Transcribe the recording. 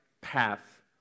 path